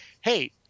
hey